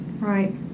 Right